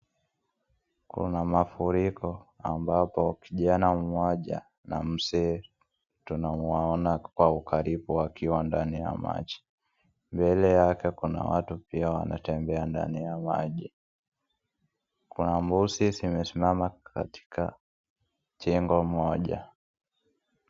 Kuna mafuriko ambapo kijana moja na mzee tunawaona kwa ukaribu wakiwa ndani ya maji, mbele yake kuna watu pia wanatembea ndani ya maji, Kuna mbuzi zime simama kwenye jengo moja.